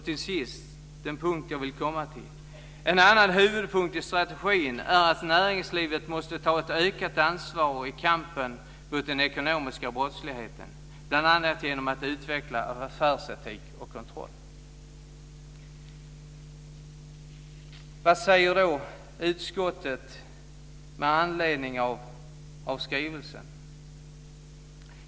Till sist kommer den punkt som jag vill komma till: En annan huvudpunkt i strategin är att näringslivet måste ta ett ökat ansvar i kampen mot den ekonomiska brottsligheten, bl.a. genom att utveckla affärsetik och kontroll. Vad säger då utskottet med anledning av skrivelsen?